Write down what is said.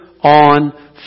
on